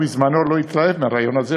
הוא בזמנו לא התלהב מהרעיון הזה.